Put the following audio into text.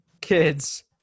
kids